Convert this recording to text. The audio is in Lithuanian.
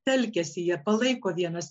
telkiasi jie palaiko vienas